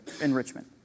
enrichment